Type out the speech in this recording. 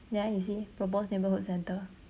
there you see proposed neighbourhood centre